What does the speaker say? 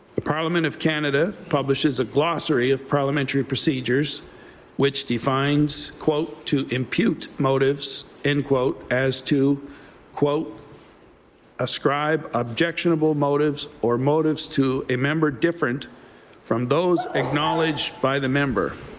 the parliament of canada publishes a glossary of parliamentary procedures which defines to impute motives and as to ascribe objectionable motives or motives to a member different from those acknowledged by the member.